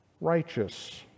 righteous